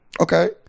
Okay